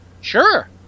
Sure